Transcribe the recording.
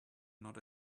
not